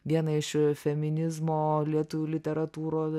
vieną iš feminizmo lietuvių literatūroj